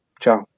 Ciao